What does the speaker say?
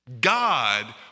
God